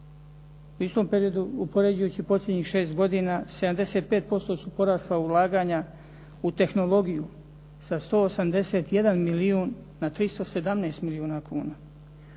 U istom periodu uspoređujući posljednjih 6 godina 75% su porasla ulaganja u tehnologiju sa 181 milijun na 317 milijuna kuna.